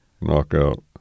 Knockout